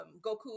Goku